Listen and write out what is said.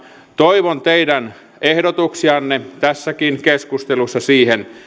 toivon teidän ehdotuksianne tässäkin keskustelussa siitä